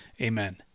Amen